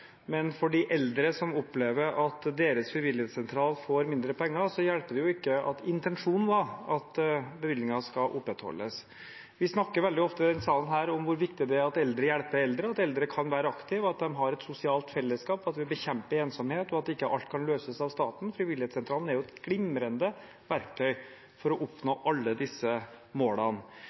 Men for de eldre som opplever at deres frivillighetssentral får mindre penger, hjelper det ikke at intensjonen var at bevilgningene skal opprettholdes. Vi snakker veldig ofte i denne salen om hvor viktig det er at eldre hjelper eldre, at eldre kan være aktive, at de har et sosialt fellesskap, at vi vil bekjempe ensomhet, og at ikke alt kan løses av staten. Frivillighetssentralen er et glimrende verktøy for å oppnå alle disse målene.